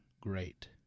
great